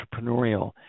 entrepreneurial